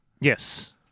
Yes